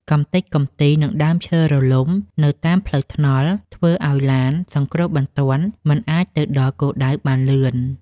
កម្ទេចកំទី និងដើមឈើរលំនៅតាមផ្លូវថ្នល់ធ្វើឱ្យឡានសង្គ្រោះបន្ទាន់មិនអាចទៅដល់គោលដៅបានលឿន។